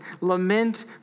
Lament